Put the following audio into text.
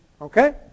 Okay